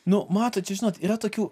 nu matot čia žinot yra tokių